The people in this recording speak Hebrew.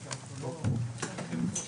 הישיבה ננעלה בשעה 13:40.